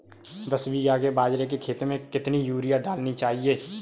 दस बीघा के बाजरे के खेत में कितनी यूरिया डालनी चाहिए?